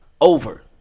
over